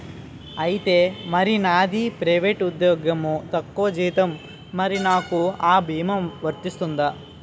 ఐతే మరి నాది ప్రైవేట్ ఉద్యోగం తక్కువ జీతం మరి నాకు అ భీమా వర్తిస్తుందా?